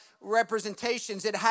representations